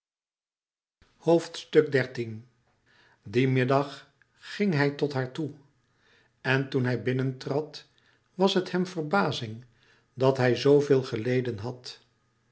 dien middag ging hij tot haar toe en toen hij binnentrad was het hem verbazing dat hij zooveel geleden had